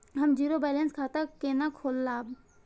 हम zero balance खाता केना खोलाब?